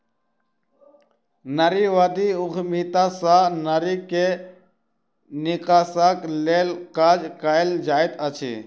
नारीवादी उद्यमिता सॅ नारी के विकासक लेल काज कएल जाइत अछि